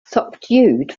subdued